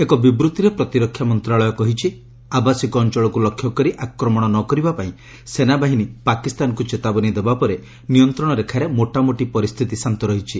ଏକ ବିବୃତ୍ତିରେ ପ୍ରତିରକ୍ଷା ମନ୍ତ୍ରଣାଳୟ କହିଛି ଆବାସିକ ଅଞ୍ଚଳକୁ ଲକ୍ଷ୍ୟ କରି ଆକ୍ରମଣ ନ କରିବା ପାଇଁ ସେନାବାହିନୀ ପାକିସ୍ତାନକୁ ଚେତାବନୀ ଦେବା ପରେ ନିୟନ୍ତ୍ରଣ ରେଖାରେ ମୋଟାମୋଟି ପରିସ୍ଥିତି ଶାନ୍ତ ରହିଛି